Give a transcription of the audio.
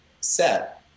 set